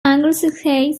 anglesey